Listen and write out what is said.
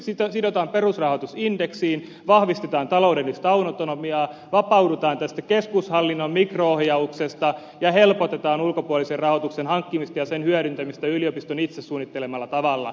nyt sidotaan perusrahoitus indeksiin vahvistetaan taloudellista autonomiaa vapaudutaan tästä keskushallinnon mikro ohjauksesta ja helpotetaan ulkopuolisen rahoituksen hankkimista ja sen hyödyntämistä yliopiston itse suunnittelemalla tavalla